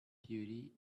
beauty